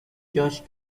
جاش